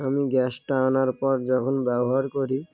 আমি গ্যাসটা আনার পর যখন ব্যবহার করি